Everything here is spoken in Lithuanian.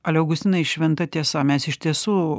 ale augustinai šventa tiesa mes iš tiesų